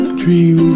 dream